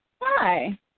Hi